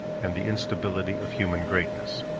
and the instability of human greatness.